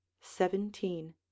Seventeen